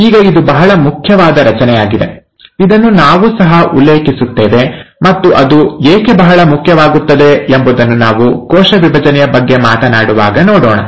ಈಗ ಇದು ಬಹಳ ಮುಖ್ಯವಾದ ರಚನೆಯಾಗಿದೆ ಇದನ್ನು ನಾವೂ ಸಹ ಉಲ್ಲೇಖಿಸುತ್ತೇವೆ ಮತ್ತು ಅದು ಏಕೆ ಬಹಳ ಮುಖ್ಯವಾಗುತ್ತದೆ ಎಂಬುದನ್ನು ನಾವು ಕೋಶ ವಿಭಜನೆಯ ಬಗ್ಗೆ ಮಾತನಾಡುವಾಗ ನೋಡೋಣ